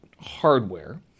hardware